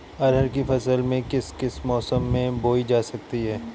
अरहर की फसल किस किस मौसम में बोई जा सकती है?